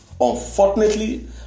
Unfortunately